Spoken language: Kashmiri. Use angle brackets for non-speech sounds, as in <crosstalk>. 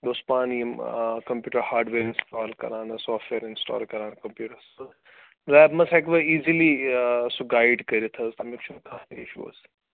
بیٚیہِ اوسُس پانہٕ یِم کَمپیوٗٹَر ہاڈویر اِنَسٹال کران حظ سافٹٕویر اِنَسٹال کران کَمپیوٗٹَرَس <unintelligible> لیبہِ منٛز ہٮ۪کہٕ بہٕ ایٖزِلی سُہ گایِڈ کٔرِتھ حظ تَمیُک چھُنہٕ کانٛہہ تہِ اِشوٗ حظ